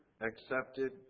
accepted